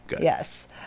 Yes